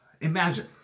Imagine